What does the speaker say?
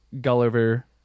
Gulliver